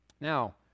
Now